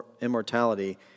immortality